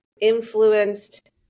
influenced